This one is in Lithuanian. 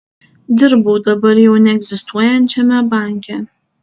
dirbau dabar jau neegzistuojančiame banke